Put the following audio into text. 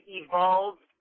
evolved